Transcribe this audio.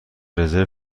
رزرو